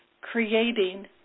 creating